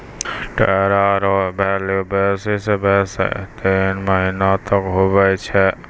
cheque रो value बेसी से बेसी तीन महीना तक हुवै छै